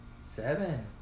seven